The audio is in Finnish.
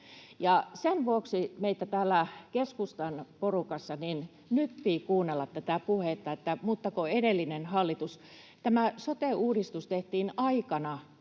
Sen vuoksi meitä täällä keskustan porukassa nyppii kuunnella tätä puhetta, että ”mutta kun edellinen hallitus”. Tämä sote-uudistus tehtiin aikana,